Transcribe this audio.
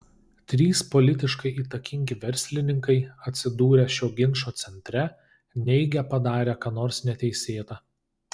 trys politiškai įtakingi verslininkai atsidūrę šio ginčo centre neigia padarę ką nors neteisėta